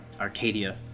arcadia